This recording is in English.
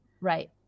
Right